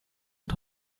und